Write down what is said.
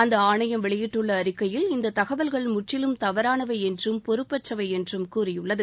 அந்த ஆணையம் வெளியிட்டுள்ள அறிக்கையில் இந்தத் தகவல்கள் முற்றிலும் தவறானவை என்றும் பொறுப்பற்றவை என்றும் கூறியுள்ளது